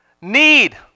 need